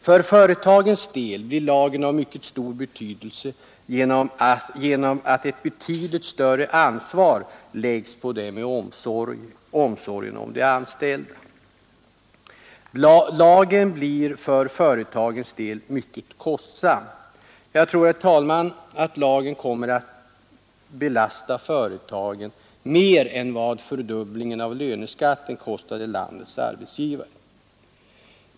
För företagens del blir lagen av mycket stor betydelse genom att ett mycket större ansvar läggs på dem när det gäller omsorgen om de anställda. Lagen blir för företagens del mycket kostsam. Jag tror, herr talman, att lagen kommer att belasta företagen mer än vad fördubblingen av löneskatten kostade landets arbetsgivare.